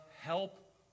help